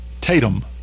Tatum